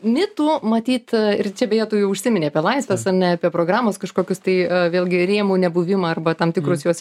mitų matyt a ir čia beje tu jau užsiminei apie laisves ar ne apie programas kažkokius tai vėlgi rėmų nebuvimą arba tam tikrus juos